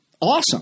awesome